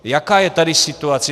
Jaká je tady situace?